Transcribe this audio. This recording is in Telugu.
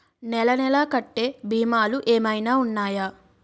నెల నెల కట్టే భీమాలు ఏమైనా ఉన్నాయా?